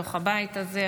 בתוך הבית הזה,